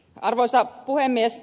arvoisa puhemies